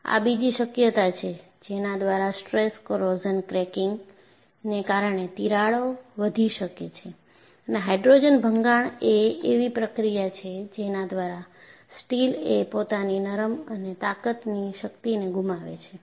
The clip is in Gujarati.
આ બીજી શક્યતા છે જેના દ્વારા સ્ટ્રેસ કોરોઝન ક્રેકીંગને કારણે તિરાડો વધી શકે છે અને હાઇડ્રોજન ભંગાણએ એવી પ્રક્રિયા છે જેના દ્વારા સ્ટીલએ પોતાની નરમ અને તાકતની શક્તિને ગુમાવે છે